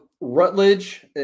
Rutledge